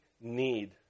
need